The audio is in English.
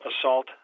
assault